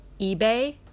eBay